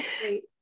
great